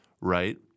right